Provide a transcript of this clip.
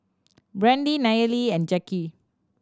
Brande Nayeli and Jacque